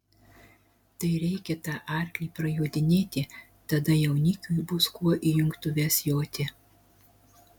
tai reikia tą arklį prajodinėti tada jaunikiui bus kuo į jungtuves joti